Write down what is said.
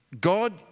God